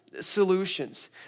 solutions